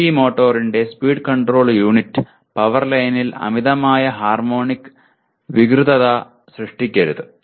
DC മോട്ടോറിന്റെ speed control unit power ലൈനിൽ അമിതമായ ഹാർമോണിക് വികൃതത സൃഷ്ടിക്കരുത്